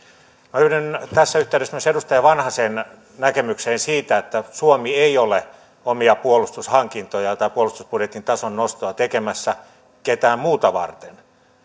minä yhdyn tässä yhteydessä myös edustaja vanhasen näkemykseen siitä että suomi ei ole omia puolustushankintojaan tai puolustusbudjetin tason nostoa tekemässä ketään muuta varten